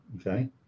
okay